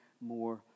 more